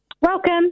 Welcome